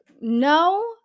no